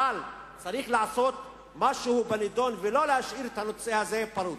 אבל צריך לעשות משהו בנדון ולא להשאיר את הנושא הזה פרוץ.